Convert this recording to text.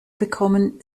bekommen